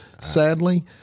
sadly